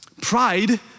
Pride